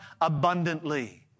abundantly